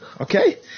Okay